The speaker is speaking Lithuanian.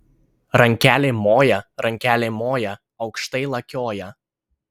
rankelėm moja rankelėm moja aukštai lakioja